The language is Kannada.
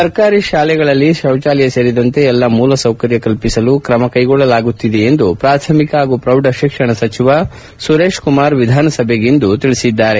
ಸರ್ಕಾರಿ ಶಾಲೆಗಳಲ್ಲಿ ಶೌಚಾಲಯ ಸೇರಿದಂತೆ ಎಲ್ಲ ಮೂಲಸೌಕರ್ಯ ಕಲ್ಪಿಸಲು ಕ್ರಮಕ್ಟೆಗೊಳ್ಳಲಾಗುತ್ತಿದೆ ಎಂದು ಪ್ರಾಥಮಿಕ ಹಾಗೂ ಪ್ರೌಢಶಿಕ್ಷಣ ಸಚಿವ ಸುರೇಶ್ಕುಮಾರ್ ವಿಧಾನಸಭೆಗಿಂದು ತಿಳಿಸಿದ್ದಾರೆ